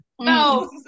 No